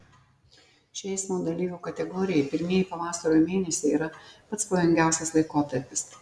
šiai eismo dalyvių kategorijai pirmieji pavasario mėnesiai yra pats pavojingiausias laikotarpis